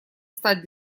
стать